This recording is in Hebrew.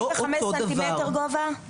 45 סנטימטר גובה?